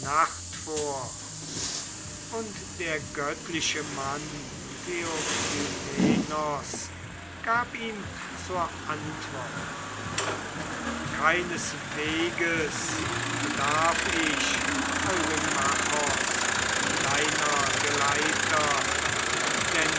und der göttliche mann theoklymenos gab ihm zur antwort keinesweges bedarf ich eurymachos deiner geleiter denn